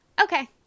Okay